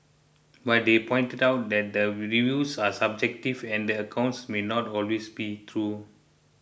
but they pointed out that the reviews are subjective and the accounts may not always be true